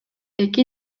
эки